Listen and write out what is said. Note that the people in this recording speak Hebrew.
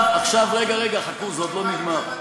עכשיו, רגע, רגע, חכו, זה עוד לא נגמר.